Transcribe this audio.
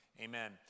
Amen